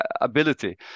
ability